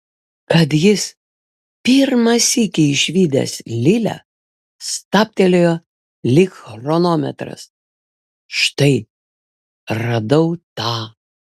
kad jis pirmą sykį išvydęs lilę stabtelėjo lyg chronometras štai radau tą